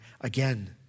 again